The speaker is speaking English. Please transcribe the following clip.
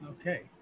Okay